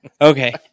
Okay